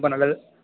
ரொம்ப நல்லது